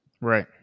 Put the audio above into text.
Right